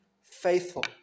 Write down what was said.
faithful